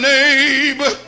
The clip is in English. Neighbor